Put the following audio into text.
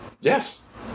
Yes